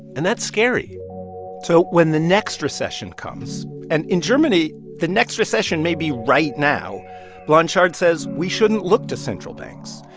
and that's scary so when the next recession comes and in germany, the next recession may be right now blanchard says we shouldn't look to central banks.